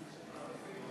התשע"ז 2017,